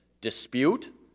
dispute